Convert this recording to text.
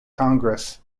congress